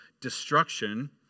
destruction